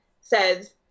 says